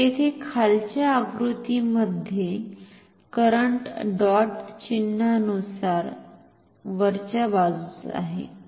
तर येथे खालच्या आकृतीमध्ये करंट डॉट चिन्हानुसार वरच्या बाजूस आहे